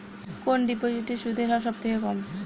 কোন ডিপোজিটে সুদের হার সবথেকে কম?